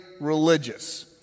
religious